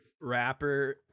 rapper